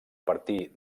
partir